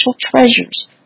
treasures